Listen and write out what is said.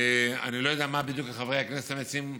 אני לא יודע בדיוק מה חברי הכנסת המציעים,